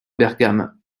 bergame